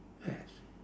yes